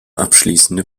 abschließende